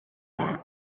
that